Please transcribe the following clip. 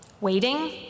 Waiting